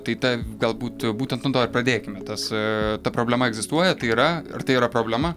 tai ta galbūt būtent nuo to ir pradėkime tas ta problema egzistuoja tai yra ar tai yra problema